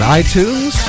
iTunes